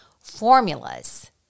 formulas